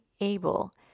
able